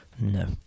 No